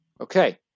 Okay